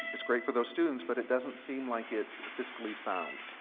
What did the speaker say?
it's great for those students but it doesn't seem like it's fiscally sound.